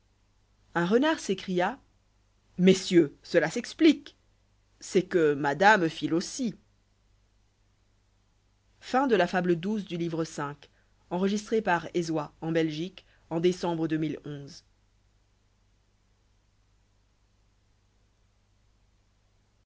un renard s'écria messieurs cela s'explique c'est que madame file aussi